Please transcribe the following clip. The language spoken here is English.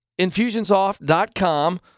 infusionsoft.com